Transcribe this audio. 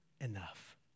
enough